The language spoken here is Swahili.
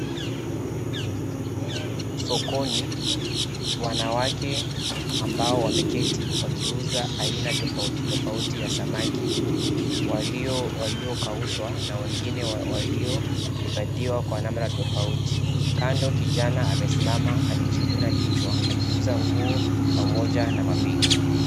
Sokoni wanawake ambao wameketi wakiuza aina tofauti tofauti ya samaki waliokaushwa na wengine waliohifadhiwa kwa namna tofauti. Kando kijana amesimama akijikuna kichwa akiuza nguo pamoja na mabegi.